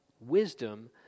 wisdom